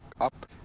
up